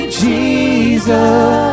jesus